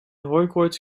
hooikoorts